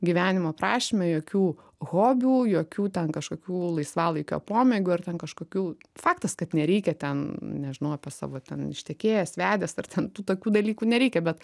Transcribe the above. gyvenimo aprašyme jokių hobių jokių ten kažkokių laisvalaikio pomėgių ar ten kažkokių faktas kad nereikia ten nežinau apie savo ten ištekėjęs vedęs ar ten tu tokių dalykų nereikia bet